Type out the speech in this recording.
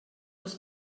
als